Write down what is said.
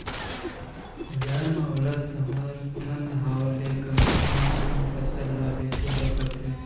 बजार म ओला समरथन भाव ले कमती म अपन फसल ल बेचे बर परथे